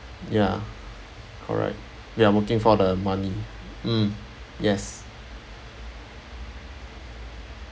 ya correct we are working for the money mm yes